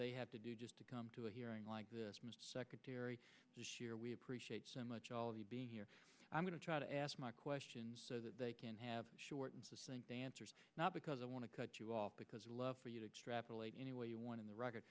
they have to do just to come to a hearing like this mr secretary this year we appreciate so much all of the being here i'm going to try to ask my questions so that they can have shortened answers not because i want to cut you off because i love for you to extrapolate any way you want in the r